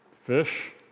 fish